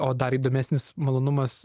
o dar įdomesnis malonumas